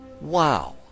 Wow